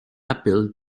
apple